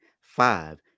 five